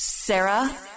sarah